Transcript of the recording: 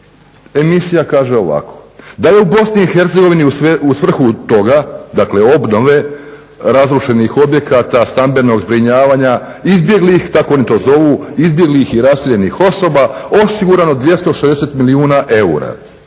emisija kaže ovako da je u Bosni i Hercegovini u svrhu toga, dakle obnove razrušenih objekata, stambenog zbrinjavanja, izbjeglih tako oni to zovu, izbjeglih i raseljenih osoba osigurano 260 milijuna eura